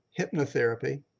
hypnotherapy